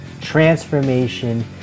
transformation